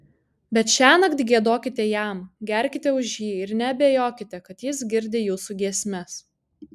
bet šiąnakt giedokite jam gerkite už jį ir neabejokite kad jis girdi jūsų giesmes